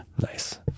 nice